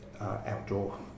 outdoor